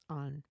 on